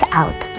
out